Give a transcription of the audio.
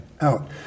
out